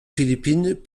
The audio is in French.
philippines